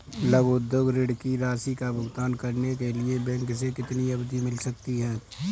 लघु उद्योग ऋण की राशि का भुगतान करने के लिए बैंक से कितनी अवधि मिल सकती है?